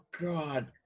God